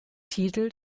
titel